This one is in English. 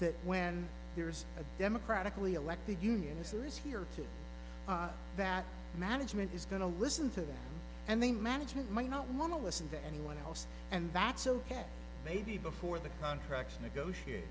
that when there's a democratically elected union uses here to that management is going to listen to them and the management might not want to listen to anyone else and that's ok maybe before the contracts negotiate